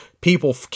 people